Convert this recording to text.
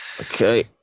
Okay